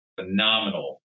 Phenomenal